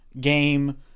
game